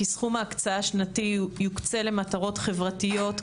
כי סכום הקצאה שנתי יוקצה למטרות חברתיות,